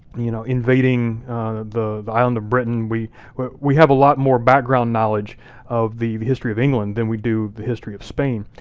you know invading the island of britain, we we have a lot more background knowledge of the the history of england than we do the history of spain.